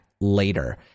later